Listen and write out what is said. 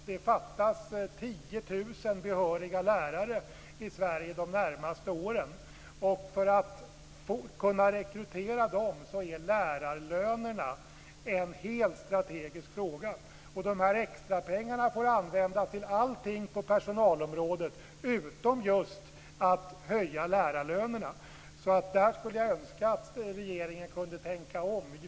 Det fattas 10 000 behöriga lärare i Sverige de närmaste åren. För att vi ska kunna rekrytera dem är lärarlönerna en helt strategisk fråga. De här extrapengarna får användas till allting på personalområdet utom just att höja lärarlönerna. Där skulle jag alltså önska att regeringen kunde tänka om.